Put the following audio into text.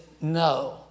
no